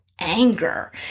anger